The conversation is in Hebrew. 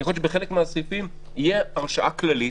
יכול להיות שבחלק מהסעיפים תהיה הרשאה כללית